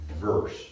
Verse